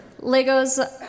Legos